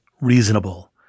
reasonable